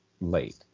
late